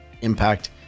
Impact